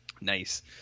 Nice